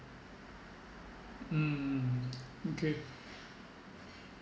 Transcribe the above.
mm okay